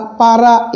para